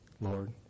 Lord